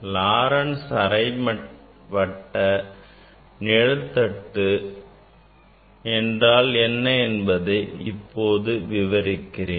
Laurent's அரைவட்ட நிழல் தட்டு என்றால் என்ன என்பதை இப்போது விவரிக்கிறேன்